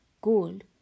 gold